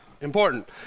Important